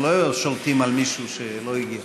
אנחנו לא שולטים על מישהו שלא הגיע.